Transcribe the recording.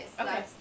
Okay